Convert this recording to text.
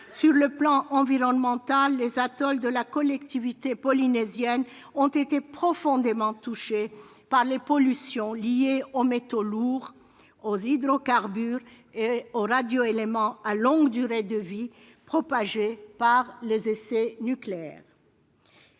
Sur le plan environnemental, les atolls de la collectivité polynésienne ont été profondément touchés par les pollutions liées aux métaux lourds, aux hydrocarbures et aux radioéléments à longue durée de vie propagés par les essais nucléaires.